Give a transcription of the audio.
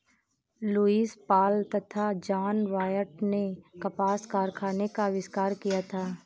Lewis Paul तथा John Wyatt ने कपास कारखाने का आविष्कार किया था